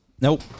nope